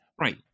right